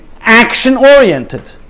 action-oriented